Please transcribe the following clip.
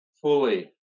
fully